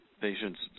patients